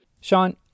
Sean